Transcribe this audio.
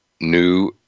new